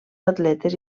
atletes